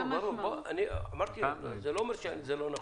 אני לא אומר שזה לא נכון,